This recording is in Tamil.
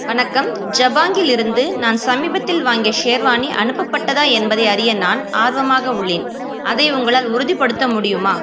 வணக்கம் ஜபாங்கில் இருந்து நான் சமீபத்தில் வாங்கிய ஷெர்வானி அனுப்பப்பட்டதா என்பதை அறிய நான் ஆர்வமாக உள்ளேன் அதை உங்களால் உறுதிப்படுத்த முடியுமா